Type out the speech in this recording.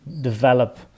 develop